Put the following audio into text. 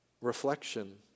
Reflection